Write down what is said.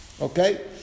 Okay